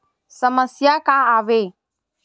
समस्या का आवे?